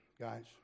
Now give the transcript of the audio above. guys